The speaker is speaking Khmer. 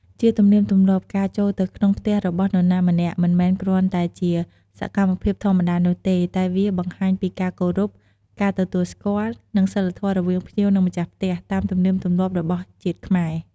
ជាទំនៀមទម្លាប់ ការចូលទៅក្នុងផ្ទះរបស់នរណាម្នាក់ មិនមែនគ្រាន់តែជាសកម្មភាពធម្មតានោះទេ តែវាបង្ហាញពីការគោរព ការទទួលស្គាល់ និងសីលធម៌រវាងភ្ញៀវនិងម្ចាស់ផ្ទះ តាមទំនៀមទម្លាប់របស់ជាតិខ្មែរ។